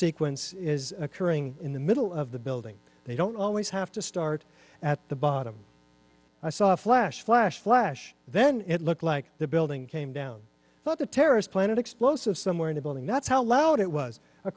sequence is occurring in the middle of the building they don't always have to start at the bottom i saw a flash flash flash then it looked like the building came down but the terrorist planted explosives somewhere in the building that's how loud it was a